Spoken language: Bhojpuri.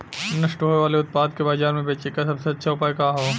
नष्ट होवे वाले उतपाद के बाजार में बेचे क सबसे अच्छा उपाय का हो?